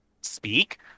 speak